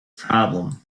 problem